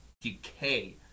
decay